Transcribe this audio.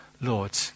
Lord